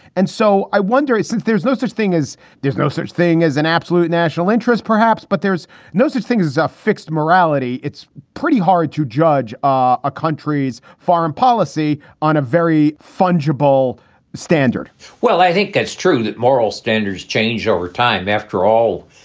and so i wondering, since there's no such thing as there's no such thing as an absolute national interest, perhaps, but there's no such thing as as a fixed morality. it's pretty hard to judge ah a country's foreign policy on a very fundable standard well, i think that's true, that moral standards change over time. after all,